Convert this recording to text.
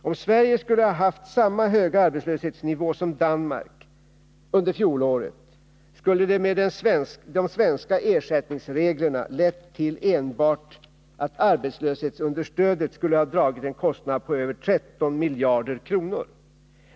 Om Sverige skulle ha haft samma höga arbetslöshetsnivå som Danmark under fjolåret, skulle det med de svenska ersättningsreglerna ha lett till att enbart arbetslöshetsunderstöd dragit en kostnad på över 13 miljarder kronor.